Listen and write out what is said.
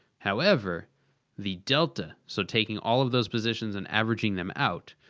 however the delta. so taking all of those positions and averaging them out,